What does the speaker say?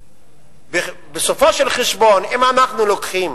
בסופו של חשבון, אם אנחנו לוקחים